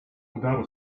udaru